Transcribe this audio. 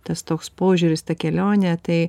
tas toks požiūris ta kelionė tai